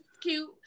cute